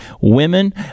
women